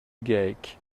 gaec